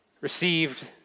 received